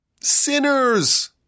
sinners